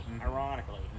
ironically